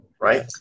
Right